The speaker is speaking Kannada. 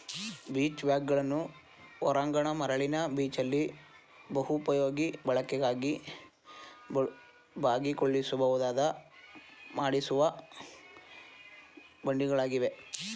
ಬೀಚ್ ವ್ಯಾಗನ್ಗಳು ಹೊರಾಂಗಣ ಮರಳಿನ ಬೀಚಲ್ಲಿ ಬಹುಪಯೋಗಿ ಬಳಕೆಗಾಗಿ ಬಾಗಿಕೊಳ್ಳಬಹುದಾದ ಮಡಿಸುವ ಬಂಡಿಗಳಾಗಿವೆ